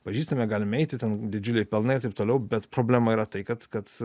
pažįstame galime eiti ten didžiuliai pelnai ir taip toliau bet problema yra tai kad kad